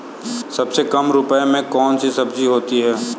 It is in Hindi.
सबसे कम रुपये में कौन सी सब्जी होती है?